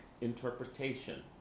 interpretation